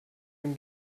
dem